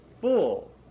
full